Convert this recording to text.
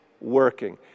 working